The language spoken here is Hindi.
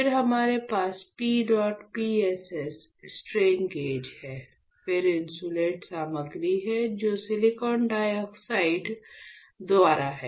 फिर हमारे पास PEDOT PSS स्ट्रेन गेज है फिर इन्सुलेट सामग्री है जो सिलिकॉन डाइऑक्साइड द्वारा है